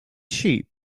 sheep